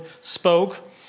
spoke